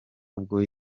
ubwo